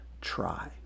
try